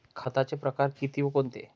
खताचे प्रकार किती व कोणते?